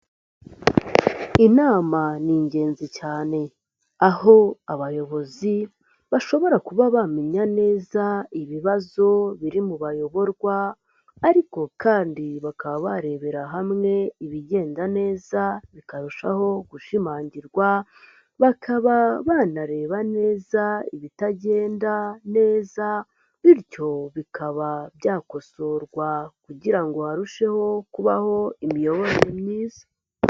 Inama ni ingenzi cyane aho abayobozi bashobora kuba bamenya neza ibibazo biri mu bayoborwa, ariko kandi bakaba barebera hamwe ibigenda neza bikarushaho gushimangirwa, bakaba banareba neza ibitagenda neza bityo bikaba byakosorwa kugira ngo harusheho kubaho imiyoborere myiza.